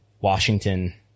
Washington